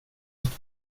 måste